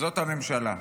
זאת הממשלה,